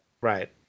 right